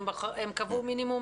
אלא הם קבעו סף מינימום.